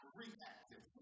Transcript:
reactive